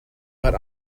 but